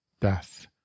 death